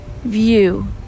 View